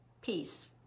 peace